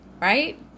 right